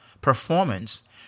performance